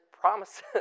promises